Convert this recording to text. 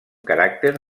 caràcter